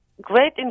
great